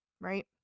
right